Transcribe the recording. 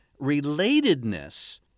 relatedness